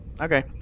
Okay